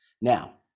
now